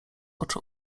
oczu